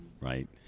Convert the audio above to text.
Right